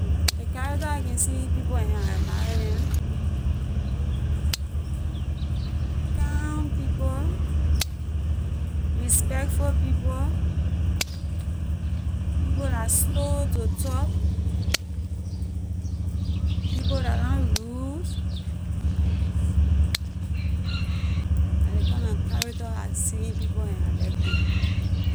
Ley character I can see in people and I admire neh kind people respectful people people la slow to talk people la na rude la ley kind na character I see in people and I like them.